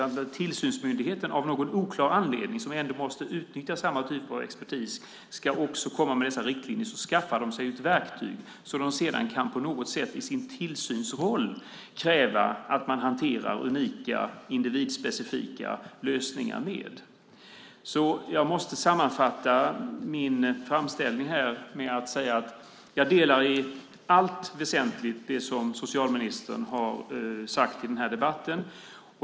När tillsynsmyndigheten, som ändå måste utnyttja samma typ av expertis, ska komma med dessa riktlinjer skaffar myndigheten ett verktyg som man sedan i sin tillsynsroll kan kräva att man hanterar unika, individspecifika lösningar med. Jag måste sammanfatta min framställning här med att jag i allt väsentligt håller med om det som socialministern har sagt i den här debatten.